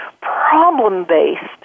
problem-based